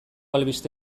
albiste